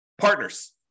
Partners